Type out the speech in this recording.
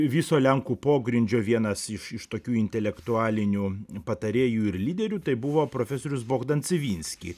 viso lenkų pogrindžio vienas iš tokių intelektualinių patarėjų ir lyderių tai buvo profesorius bogdan civinskij